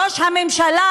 ראש הממשלה,